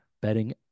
betting